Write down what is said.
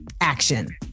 action